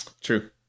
True